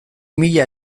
mila